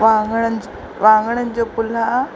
वाङणनि वाङण जो पुलाह